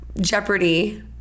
Jeopardy